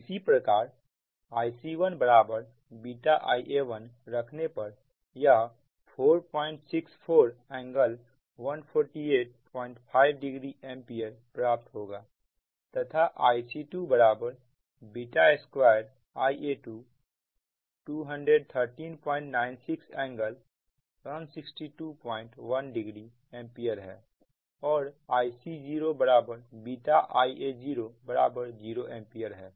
इसी प्रकार Ic1Ia1रखने पर यह 464∟1485o एंपियर प्राप्त होगा तथा Ic2β2 Ia2 21396∟16210 एंपियर है और Ic0Ia00 एंपियर है